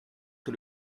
que